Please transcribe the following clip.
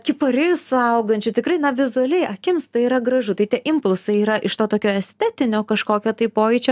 kiparisų augančių tikrai na vizualiai akims tai yra gražu tai tie impulsai yra iš to tokio estetinio kažkokio tai pojūčio